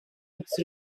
its